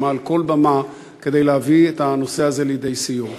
ומעל כל במה כדי להביא את הנושא הזה לידי סיום.